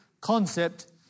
concept